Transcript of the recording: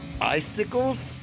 Icicles